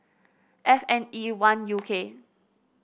F N E one U K